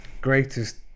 greatest